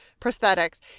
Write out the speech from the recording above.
prosthetics